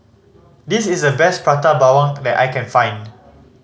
this is the best Prata Bawang that I can find